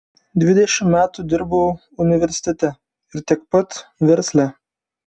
dvidešimt metų dirbau universitete ir tiek pat versle